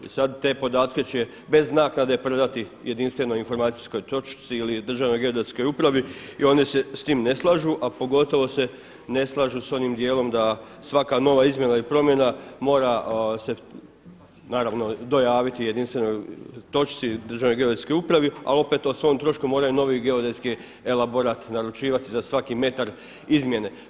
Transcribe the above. I sada će te podatke bez naknade predati jedinstvenoj informacijskoj točci ili Državnoj geodetskoj upravi i oni se s tim ne slažu, a pogotovo se ne slažu s onim dijelom da svaka nova izmjena i promjena mora dojaviti jedinstvenoj točci Državnoj geodetskoj upravi, ali opet o svom trošku moraju novi geodetski elaborat naručivat za svaki metar izmjene.